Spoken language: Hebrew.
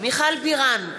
מיכל בירן,